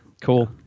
Cool